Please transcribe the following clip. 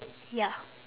ya